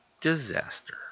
Disaster